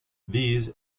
these